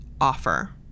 offer